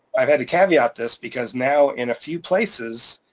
i've had to caveat this, because now in a few places,